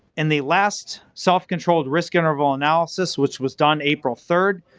in the last self-controlled risk interval analysis, which was done april third,